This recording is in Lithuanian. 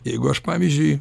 jeigu aš pavyzdžiui